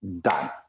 done